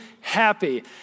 Happy